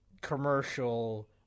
commercial